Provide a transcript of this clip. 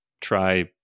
try